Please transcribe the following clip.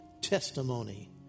testimony